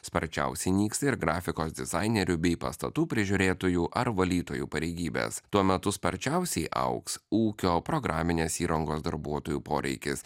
sparčiausiai nyksta ir grafikos dizainerių bei pastatų prižiūrėtojų ar valytojų pareigybės tuo metu sparčiausiai augs ūkio programinės įrangos darbuotojų poreikis